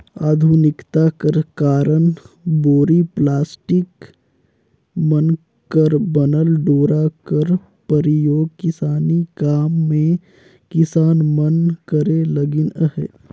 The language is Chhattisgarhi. आधुनिकता कर कारन बोरी, पलास्टिक मन कर बनल डोरा कर परियोग किसानी काम मे किसान मन करे लगिन अहे